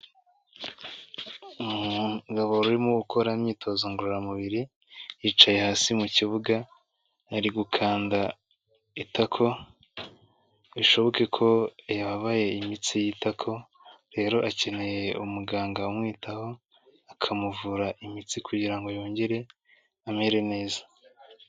Umugabo urimo ukora imyitozo ngororamubiri, yicaye hasi mu kibuga, ari gukanda itako, bishoboka ko yababaye imitsi y'itako, rero akeneye umuganga umwitaho akamuvura imitsi kugira ngo yongere amere neza.